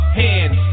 hands